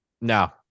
No